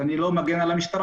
אז אני לא מגן על המשטרה,